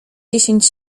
dziesięć